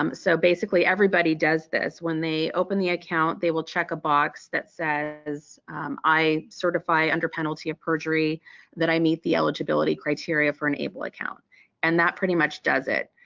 um so basically everybody does this. when they open the account, they will check a box that says i certify under penalty of perjury that i meet the eligibility criteria for an able account and that pretty much does it.